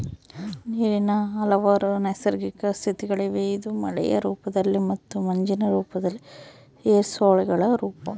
ನೀರಿನ ಹಲವಾರು ನೈಸರ್ಗಿಕ ಸ್ಥಿತಿಗಳಿವೆ ಇದು ಮಳೆಯ ರೂಪದಲ್ಲಿ ಮತ್ತು ಮಂಜಿನ ರೂಪದಲ್ಲಿ ಏರೋಸಾಲ್ಗಳ ರೂಪ